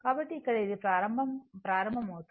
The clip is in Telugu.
కాబట్టి ఇక్కడ ఇది ప్రారంభమవుతోంది